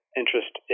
interest